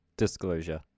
Disclosure